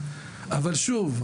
אבל שוב,